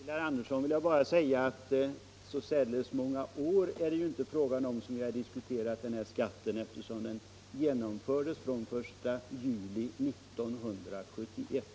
Herr talman! Till herr Andersson i Örebro vill jag bara säga att så särdeles många år kan den inte ha diskuterats, eftersom den infördes den 1 juli 1971.